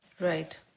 Right